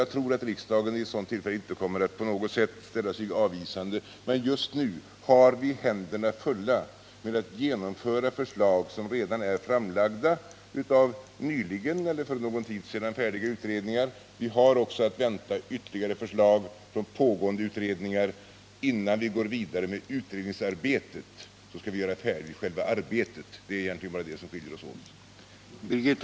Jag tror att riksdagen vid ett sådant tillfälle inte på något sätt kommer att ställa sig avvisande, men just nu har vi händerna fulla när det gäller att genomföra förslag som redan är framlagda av nyligen eller för någon tid sedan färdiga utredningar. Vi har också att vänta ytterligare förslag från pågående utredningar. Innan vi går vidare med utredningsarbetet, skall vi göra själva arbetet färdigt. Det är egentligen bara det som skiljer oss åt.